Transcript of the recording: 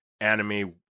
anime